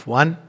one